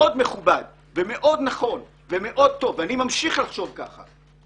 מאוד מכובד ומאוד נכון ומאוד טוב ואני ממשיך לחשוב ככה